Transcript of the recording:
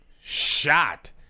shot